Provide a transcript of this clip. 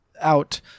out